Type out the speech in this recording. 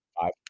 Five